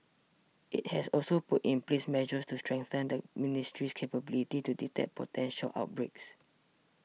it has also put in place measures to strengthen the ministry's capability to detect potential outbreaks